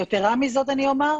יתרה מזאת אני אומר,